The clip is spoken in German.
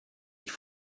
ich